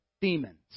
demons